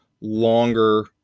longer